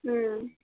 ಹ್ಞೂ